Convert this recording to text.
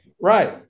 Right